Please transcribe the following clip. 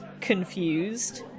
confused